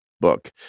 book